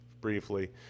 briefly